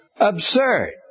absurd